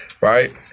Right